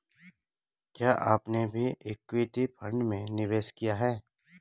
क्या आपने भी इक्विटी फ़ंड में निवेश किया है?